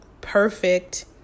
perfect